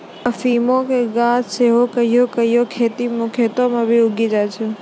अफीमो के गाछ सेहो कहियो कहियो खेतो मे उगी जाय छै